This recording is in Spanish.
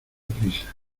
prisa